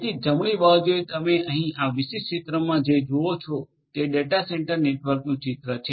જેથી જમણી બાજુએ તમે અહીં આ વિશિષ્ટ ચિત્રમાં જે જુઓ છો તે ડેટા સેન્ટર નેટવર્કનું ચિત્ર છે